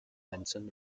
benson